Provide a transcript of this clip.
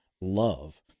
love